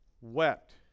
wept